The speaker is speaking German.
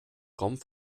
raum